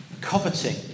coveting